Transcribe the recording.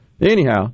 Anyhow